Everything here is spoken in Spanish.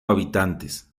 habitantes